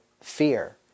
fear